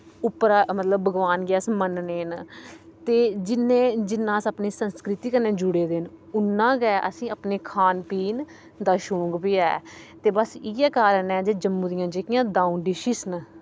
उप्परा मतलव भगवान गी अस मन्नने न ते जिन्ने जिन्ना अस अपनी संस्कृति कन्नै जुड़े दे न उन्ना गै असें अपने खान पीन दा शौक बी ऐ ते बस इ'यै कारण ऐ की जम्मू दी जेह्कियां दं'ऊ डिशेस न